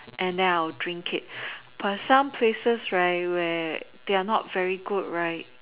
and then I will drink it but some places right where they are not very good right